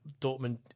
Dortmund